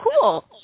cool